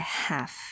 half